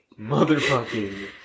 motherfucking